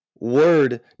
Word